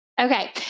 Okay